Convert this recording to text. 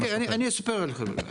חכה, אני אסביר לכם.